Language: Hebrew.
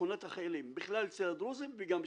בשכונת החיילים, בכלל אצל הדרוזים וגם בשפרעם.